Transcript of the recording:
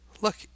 look